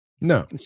No